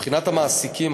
מבחינת המעסיקים,